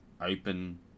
open